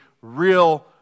real